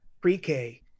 pre-k